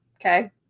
Okay